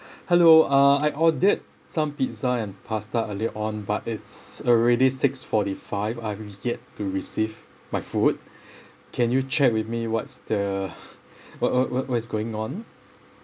hello uh I ordered some pizza and pasta earlier on but it's already six forty five I've yet to receive my food can you check with me what's the what what what's going on